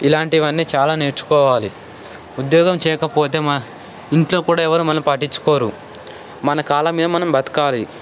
ఇలాంటివన్నీ చాలా నేర్చుకోవాలి ఉద్యోగం చేయకపోతే మన ఇంట్లో కూడా ఎవరు మనల్ని పట్టించుకోరు మన కాళ్ళ మీద మనం బతకాలి